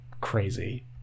crazy